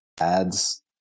Ads